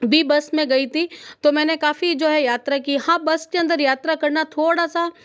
भी बस में गई थी तो मैंने काफ़ी जो है यात्रा की हाँ बस के अंदर यात्रा करना थोड़ा सा